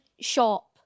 shop